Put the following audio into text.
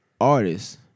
artists